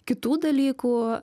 kitų dalykų